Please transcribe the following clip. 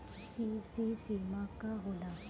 CC सीमा का होला?